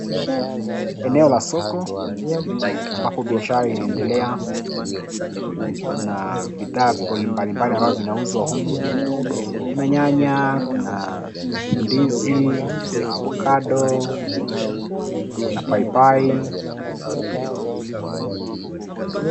Eneo la soko ambapo biashara inaendelea kuna bidhaa mbali mbali ambavyo vinauzwa humu kuna nyanya kuna ndizi kuna avocado na kuna pai pai.